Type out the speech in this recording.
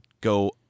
go